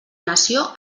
nació